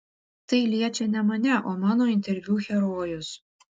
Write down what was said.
tai liečia ne mane o mano interviu herojus